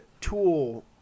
tool